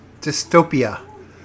dystopia